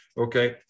okay